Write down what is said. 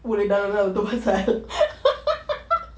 boleh tu pasal